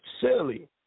silly